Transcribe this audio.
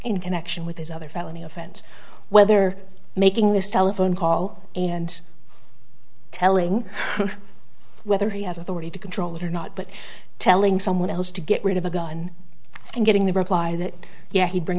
in connection with his other felony offense whether making this telephone call and telling whether he has authority to control it or not but telling someone else to get rid of a gun and getting the reply that yes he'd bring